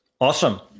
Awesome